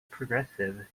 progressive